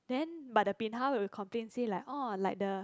then but the bin hao will complain say like orh like the